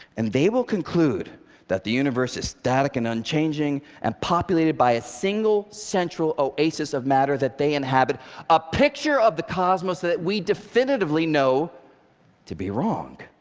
and they will conclude that the universe is static and unchanging and populated by a single central oasis of matter that they inhabit a picture of the cosmos that we definitively know to be wrong.